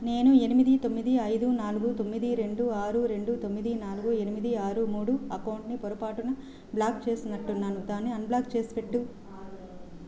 నేను ఎనిమిది తొమ్మిది అయిదు నాలుగు తొమ్మిది రెండు ఆరు రెండు తొమ్మిది నాలుగు ఎనిమిది ఆరు మూడు అకౌంటుని పొరపాటున బ్లాక్ చేసినట్టున్నాను దాన్ని అన్బ్లాక్ చేసిపెట్టు